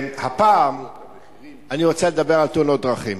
הפעם אני רוצה לדבר על תאונות דרכים.